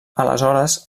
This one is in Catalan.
aleshores